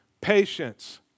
patience